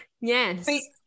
Yes